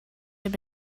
have